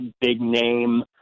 big-name